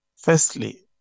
Firstly